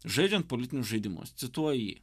žaidžiant politinius žaidimus cituoju jį